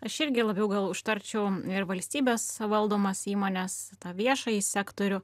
aš irgi labiau gal užtarčiau ir valstybės valdomas įmones tą viešąjį sektorių